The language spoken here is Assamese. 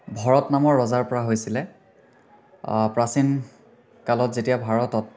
ভৰত নামৰ ৰজাৰ পৰা হৈছিলে প্ৰাচীন কালত যেতিয়া ভাৰতত